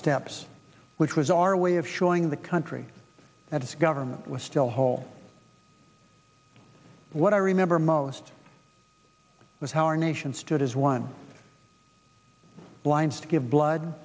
steps which was our way of showing the country that its government was still whole what i remember most was how our nation stood as one blind to give blood